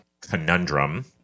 Conundrum